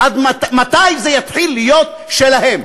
מתי זה יתחיל להיות שלהם?